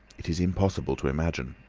it is impossible to imagine.